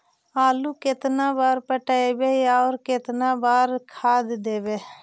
आलू केतना बार पटइबै और केतना बार खाद देबै?